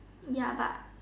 ya but